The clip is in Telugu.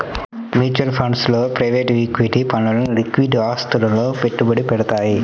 మ్యూచువల్ ఫండ్స్ లో ప్రైవేట్ ఈక్విటీ ఫండ్లు లిక్విడ్ ఆస్తులలో పెట్టుబడి పెడతయ్యి